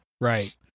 Right